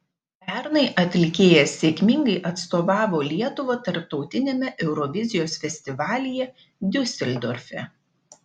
pernai atlikėja sėkmingai atstovavo lietuvą tarptautiniame eurovizijos festivalyje diuseldorfe